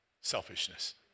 selfishness